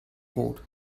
brot